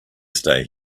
stay